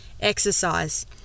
exercise